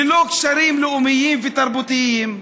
ללא קשרים לאומיים ותרבותיים.